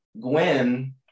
Gwen